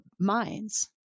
minds